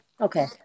Okay